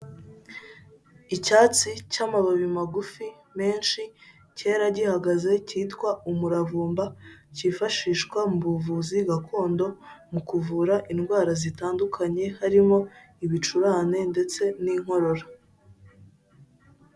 Icyatsi cy'amababi magufi menshi, cyera gihagaze cyitwa umuravumba cyifashishwa mu buvuzi gakondo, mu kuvura indwara zitandukanye harimo ibicurane ndetse n'inkorora.